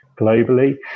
globally